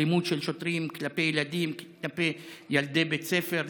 אלימות של שוטרים כלפי ילדי בית ספר,